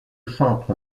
centre